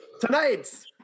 Tonight's